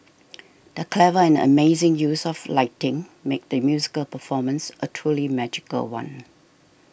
the clever and amazing use of lighting made the musical performance a truly magical one